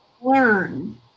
learn